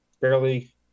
fairly